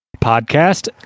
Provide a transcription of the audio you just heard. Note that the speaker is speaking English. podcast